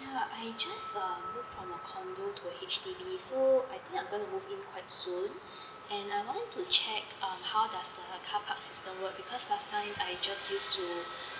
ya I just um move from a condo to a H_D_B so I think I'm going to move in quite soon and I want to check um how does the carpark system work because last time I just used to